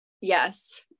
Yes